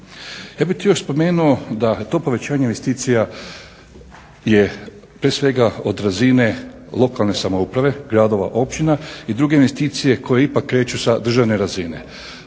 Ja bih tu još spomenuo da to povećanje investicija je prije svega od razine lokalne samouprave, gradova, općina i druge investicije koje ipak kreću sa državne razine.